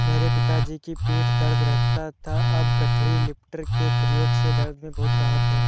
मेरे पिताजी की पीठ दर्द रहता था अब गठरी लिफ्टर के प्रयोग से दर्द में बहुत राहत हैं